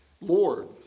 lord